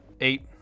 Eight